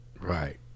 Right